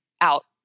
out